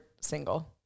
single